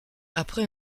après